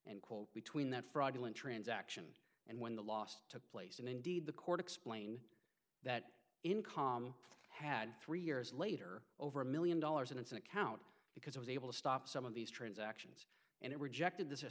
quote between that fraudulent transaction and when the last took place and indeed the court explain that in com had three years later over a million dollars in it's an account because i was able to stop some of these transactions and it rejected th